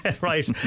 Right